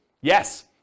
Yes